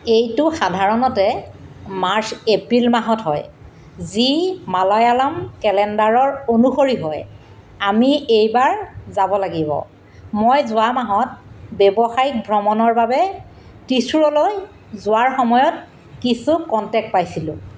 এইটো সাধাৰণতে March April মাহত হয় যি মালায়ালাম কেলেণ্ডাৰৰ অনুসৰি হয় আমি এইবাৰ যাব লাগিব মই যোৱা মাহত ব্যৱসায়িক ভ্ৰমণৰ বাবে টিচুৰলৈ যোৱাৰ সময়ত কিছু কনটেক্ট পাইছিলোঁ